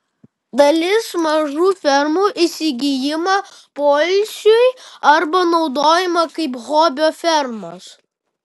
dalis mažų fermų įsigyjama poilsiui arba naudojama kaip hobio fermos